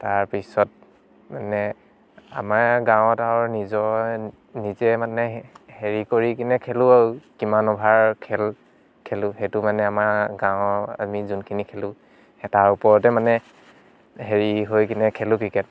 তাৰ পিছত মানে আমাৰ গাঁৱত আৰু নিজৰে নিজে মানে হেৰি কৰি কিনে খেলোঁ আৰু কিমান অভাৰ খেল খেলোঁ সেইটো মানে আমাৰ গাঁৱৰ আমি যোনখিনি খেলোঁ সেই তাৰ ওপৰতে মানে হেৰি হৈ কিনে খেলোঁ ক্ৰিকেট